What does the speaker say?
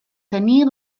tenir